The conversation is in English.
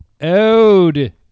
ode